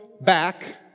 back